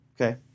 Okay